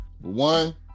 One